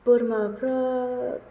बोरमाफ्रा